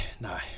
no